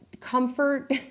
comfort